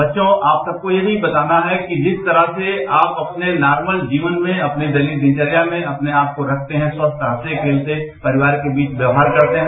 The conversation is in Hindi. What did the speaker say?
बच्चों आप सबको ये भी बताना है कि जिस तरह से आप अपने नॉर्मल जीवन में अपनी दैनिक दिनचर्या में अपने आपको रखते हैं स्वास्थ हंस्ते खेलरे परिवार के बीच व्यवहार करते हैं